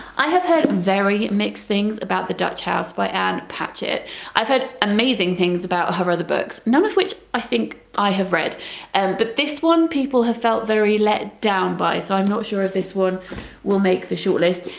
i have heard very mixed things about the dutch house by ann patchett i've heard amazing things about her other books none of which i think i have read and but this one people have felt very let down by so i'm not sure if this one will make the shortlist.